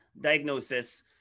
diagnosis